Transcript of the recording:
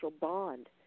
bond